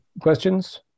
questions